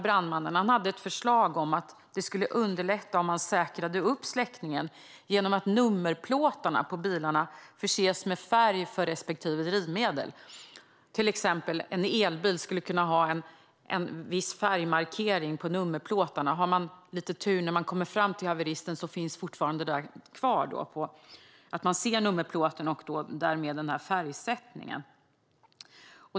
Han hade också ett förslag om att det skulle underlätta om man säkrar släckningen genom att nummerplåtarna på bilarna förses med en färg för respektive drivmedel. En elbil skulle till exempel kunna ha en viss färgmarkering på nummerplåten, och har man lite tur när man kommer fram till haveristen kan man fortfarande se nummerplåten och därmed färgen.